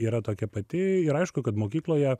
yra tokia pati ir aišku kad mokykloje